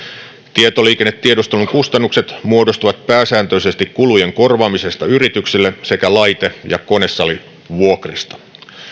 tietoliikennetiedustelun kustannukset muodostuvat pääsääntöisesti kulujen korvaamisesta yrityksille sekä laite ja konesalivuokrista